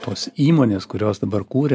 tos įmonės kurios dabar kuria